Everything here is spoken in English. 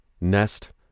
Nest